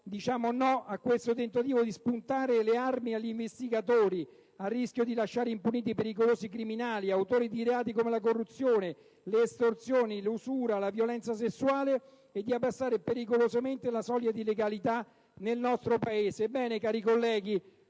diciamo no al tentativo di spuntare le armi agli investigatori, a rischio di lasciare impuniti pericolosi criminali, autori di reati come la corruzione, le estorsioni, l'usura, la violenza sessuale, e di abbassare pericolosamente la soglia di legalità nel nostro Paese. Ebbene, cari colleghi,